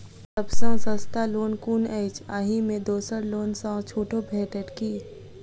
सब सँ सस्ता लोन कुन अछि अहि मे दोसर लोन सँ छुटो भेटत की?